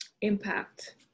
impact